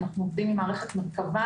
אנחנו עובדים עם מערכת מרכבה,